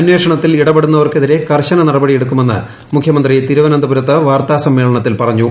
അന്വേഷണത്തിൽ ഇടപെടുന്നവർക്കെതിരെ കർശ്ശന നടപടി എടുക്കുമെന്ന് മുഖ്യമന്ത്രി തിരുവനന്തപുരത്ത് വാർത്താ സമ്മേളനത്തിൽ പറഞ്ഞു